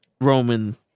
Roman